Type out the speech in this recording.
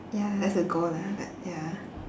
ya that's the goal lah but ya